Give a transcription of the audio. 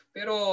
Pero